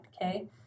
okay